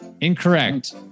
Incorrect